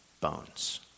bones